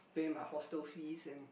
pay my hostel fee and